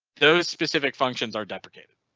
those specific functions are deprecated.